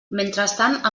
mentrestant